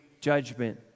judgment